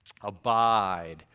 Abide